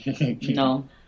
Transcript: No